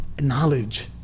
knowledge